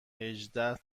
هجده